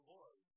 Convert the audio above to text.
Lord